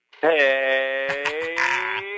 Hey